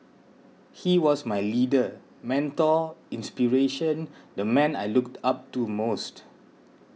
he was my leader mentor inspiration the man I looked up to most